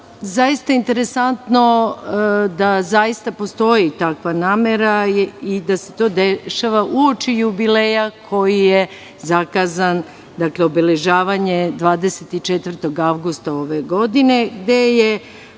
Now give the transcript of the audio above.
državi. Zaista interesantno da zaista postoji takva namera i da se to dešava uoči jubileja koji je zakazan, dakle, obeležavanje 24. avgusta ove godine, gde je